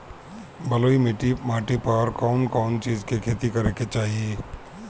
बलुई माटी पर कउन कउन चिज के खेती करे के चाही?